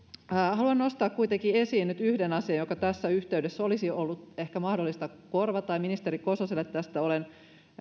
haluan kuitenkin nostaa esiin nyt yhden asian joka tässä yhteydessä ehkä olisi ollut mahdollista korvata ja ministeri kososelle tästä olen